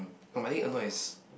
for my league I know is